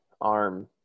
arm